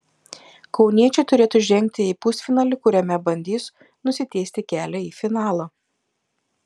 kauniečiai turėtų žengti į pusfinalį kuriame bandys nusitiesti kelią į finalą